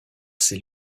ses